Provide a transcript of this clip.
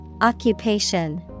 Occupation